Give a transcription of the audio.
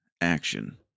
action